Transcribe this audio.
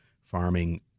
farming